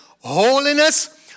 holiness